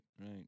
right